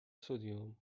سدیم